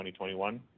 2021